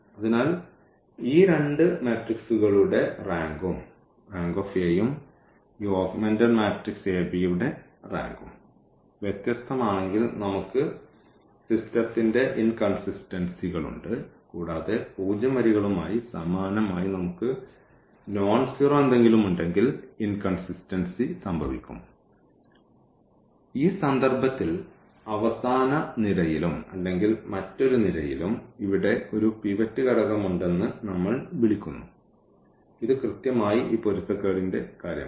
അതിനാൽ ഈ രണ്ട് മെട്രിക്സുകളുടെ റാങ്കും റാങ്ക് യും ഈ ഓഗ്മെന്റഡ് മാട്രിക്സിന്റെ റാങ്കും വ്യത്യസ്തമാണെങ്കിൽ നമുക്ക് സിസ്റ്റത്തിന്റെ ഇൻകൺസിസ്റ്റൻസികളുണ്ട് കൂടാതെ പൂജ്യം വരികളുമായി സമാനമായി നമുക്ക് നോൺസീറോ എന്തെങ്കിലുമുണ്ടെങ്കിൽ ഇൻകൺസിസ്റ്റൻസി സംഭവിക്കും ഈ സന്ദർഭത്തിൽ അവസാന നിരയിലും അല്ലെങ്കിൽ മറ്റൊരു നിരയിലും ഇവിടെ ഒരു പിവറ്റ് ഘടകം ഉണ്ടെന്ന് നമ്മൾ വിളിക്കുന്നു ഇത് കൃത്യമായി ഈ പൊരുത്തക്കേടിന്റെ കാര്യമാണ്